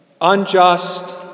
unjust